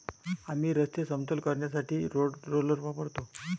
आम्ही रस्ते समतल करण्यासाठी रोड रोलर वापरतो